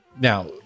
Now